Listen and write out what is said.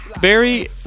Barry